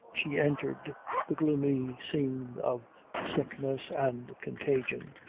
she entered the gloomy scene of sickness and contagion.